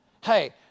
Hey